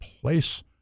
place